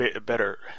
better